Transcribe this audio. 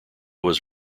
was